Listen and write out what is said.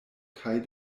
kaj